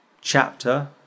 chapter